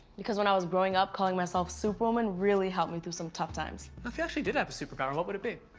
because when i was growing up calling myself superwoman really helped me through some tough times. now if you actually did have a superpower what would it be?